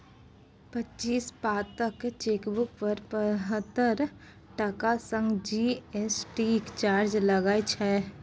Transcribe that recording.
पच्चीस पातक चेकबुक पर पचहत्तर टका संग जी.एस.टी चार्ज लागय छै